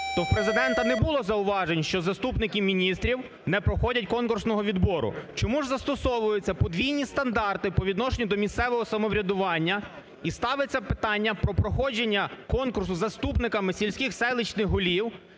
то в Президента не було зауважень, що заступники міністрів не проходять конкурсного відбору. Чому ж застосовуються подвійні стандарти по відношенню до місцевого самоврядування і ставиться питання про проходження конкурсу заступниками сільських, селищних голів,